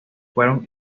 fueron